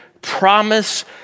promise